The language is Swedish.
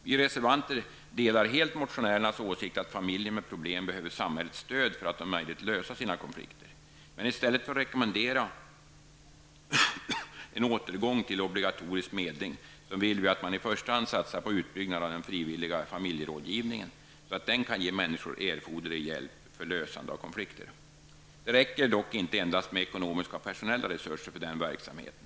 Vi reservanter delar helt motionärernas åsikt att familjer med problem behöver samhällets stöd för att om möjligt lösa sina konflikter. Men i stället för att rekommendera en återgång till obligatorisk medling vill vi att man i första hand satsar på utbyggnad av den frivilliga familjerådgivningen, så att den kan ge människor erforderlig hjälp för lösande av konflikter. Det räcker dock inte endast med ekonomiska och personella resurser för denna verksamhet.